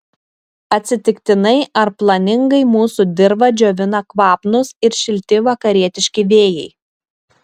atsitiktinai ar planingai mūsų dirvą džiovina kvapnūs ir šilti vakarietiški vėjai